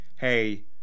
hey